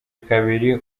kabiri